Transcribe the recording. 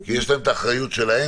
כי יש להם האחריות שלהם.